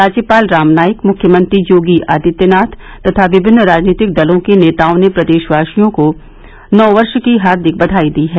राज्यपाल राम नाईक मुख्यमंत्री योगी आदित्यनाथ तथा विभिन्न राजनीतिक दलो के नेताओं ने प्रदेशवासियों को नव वर्ष की हार्दिक बधाई दी है